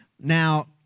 Now